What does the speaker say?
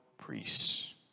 priests